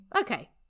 okay